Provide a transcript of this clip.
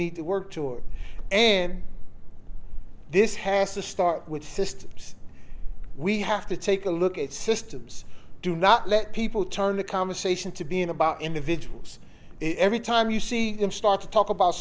need to work toward and this has to start with systems we have to take a look at systems do not let people turn the conversation to being about individuals every time you see them start to talk about